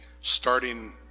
starting